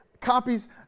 copies